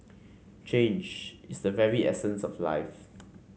change is the very essence of life